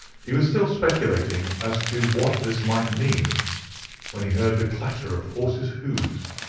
he was still speculating as to what this might mean when he heard the clatter of horse's hoofs,